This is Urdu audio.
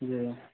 جی